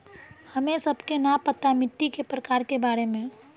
हमें सबके न पता मिट्टी के प्रकार के बारे में?